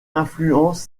influence